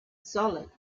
solid